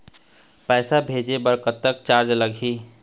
पैसा भेजे बर कतक चार्ज लगही?